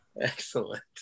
Excellent